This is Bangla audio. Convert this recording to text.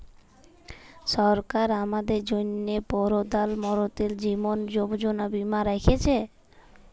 সরকার আমাদের জ্যনহে পরধাল মলতিরি জীবল যোজলা বীমা রাখ্যেছে